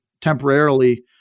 temporarily